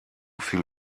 viel